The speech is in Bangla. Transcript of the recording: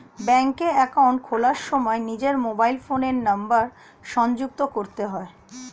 ব্যাঙ্কে অ্যাকাউন্ট খোলার সময় নিজের মোবাইল ফোনের নাম্বার সংযুক্ত করতে হয়